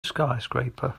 skyscraper